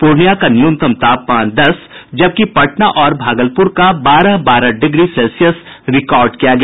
पूर्णिया का न्यूनतम तापमान दस जबकि पटना और भागलपुर का बारह बारह डिग्री सेल्सियस रिकार्ड किया गया